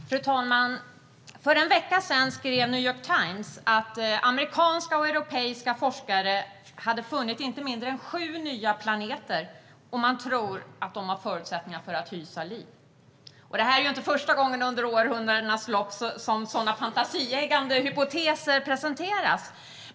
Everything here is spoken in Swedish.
Fru talman! För en vecka sedan skrev The New York Times att amerikanska och europeiska forskare har funnit inte mindre än sju nya planeter, och man tror att de har förutsättningar att hysa liv. Det är ju inte första gången under århundradenas lopp som sådana fantasieggande hypoteser presenteras.